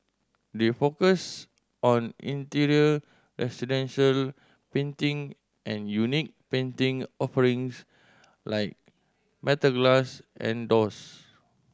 they focus on interior residential painting and unique painting offerings like metal glass and doors